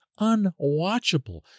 unwatchable